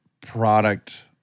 product